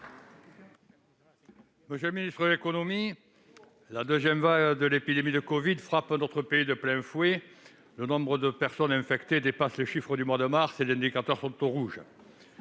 Monsieur le ministre de l'économie, la deuxième vague de l'épidémie de covid-19 frappe notre pays de plein fouet. Le nombre des personnes infectées dépasse les chiffres du mois de mars dernier, et les indicateurs sont au rouge.